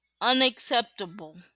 unacceptable